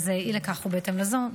אי לכך ובהתאם לזאת,